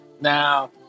Now